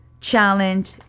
challenge